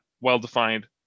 well-defined